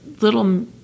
little